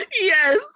Yes